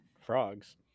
frogs